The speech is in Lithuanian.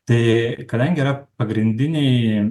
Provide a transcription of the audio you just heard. tai kadangi yra pagrindinė